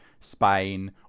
Spain